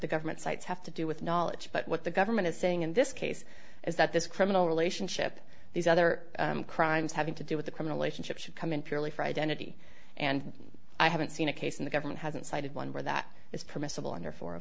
the government sites have to do with knowledge but what the government is saying in this case is that this criminal relationship these other crimes having to do with a criminal a ship should come in purely for identity and i haven't seen a case in the government hasn't cited one where that is permissible and therefore a